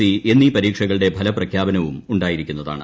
C എന്നീ പരീക്ഷകളുടെ ഫലപ്രഖ്യാപനവും ഉണ്ടായിരിക്കുന്നതാണ്